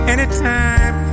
Anytime